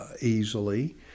Easily